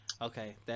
Okay